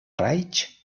raigs